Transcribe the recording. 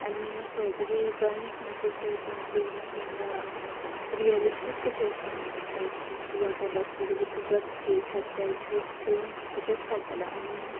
आनी असोय तेजी ड्रॉइंग सामकी अशी पेंटींग्स बीन रियलिस्टीक कशी आसताली म्हटल्यार तूं आतां बसलो जाल्यार तुजोच फेस सारको एग्जेक्ट सेम तसोच काडटालो आनी